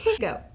Go